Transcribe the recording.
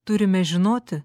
turime žinoti